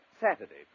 Saturday